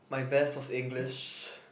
my best was English